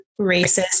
racist